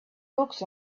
books